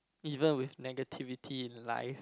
even with negativity in life